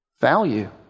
value